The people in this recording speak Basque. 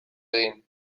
egin